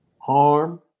harm